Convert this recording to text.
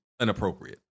inappropriate